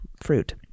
fruit